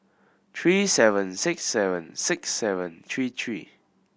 three seven six seven six seven three three